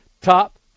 Top